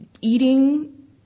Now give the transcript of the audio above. eating